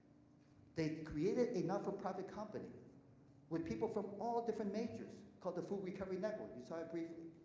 they created a not-for-profit company with people from all different majors called the food recovery network. we saw it briefly.